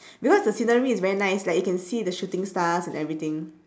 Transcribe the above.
because the scenery is very nice like you can see the shooting stars and everything